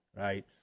right